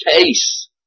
case